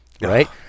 right